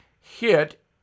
hit